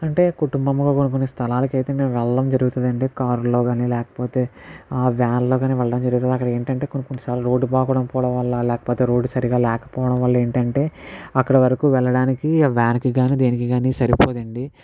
అంటే కుటుంబంగా కొన్ని కొన్ని స్థలాలకు అయితే మేము వెళ్లడం జరుగుతుంది అండి కారులో కాని లేకపోతే వ్యాన్లో కాని వెళ్లడం జరుగుతుంది అక్కడ ఏంటంటే కొన్ని కొన్ని సార్లు రోడ్డు బాగో లేకపోవడం వల్ల లేకపోతే రోడ్ సరిగ్గా లేకపోవడం వల్ల ఏంటంటే అక్కడ వరకు వెళ్లడానికి వ్యాన్కి కాని దేనికి కాని సరిపోదండి